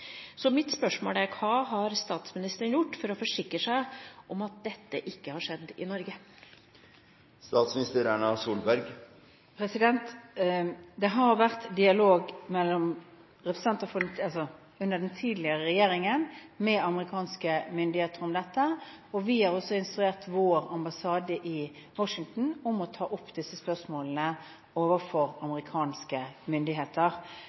Mitt spørsmål er: Hva har statsministeren gjort for å forsikre seg om at dette ikke har skjedd i Norge? Under den tidligere regjeringen var det dialog med amerikanske myndigheter om dette. Vi har instruert vår ambassade i Washington om å ta opp disse spørsmålene med amerikanske myndigheter